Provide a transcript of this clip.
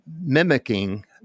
mimicking